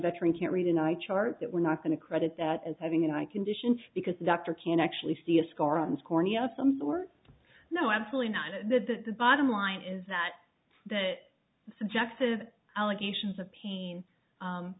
veteran can't read in a chart that we're not going to credit that as having an eye condition because the doctor can actually see a scar on his cornea some sort of no absolutely not that the bottom line is that that subjective allegations of pain